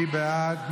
מי בעד?